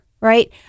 right